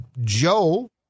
Joe